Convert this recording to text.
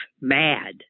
mad